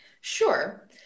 Sure